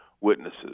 witnesses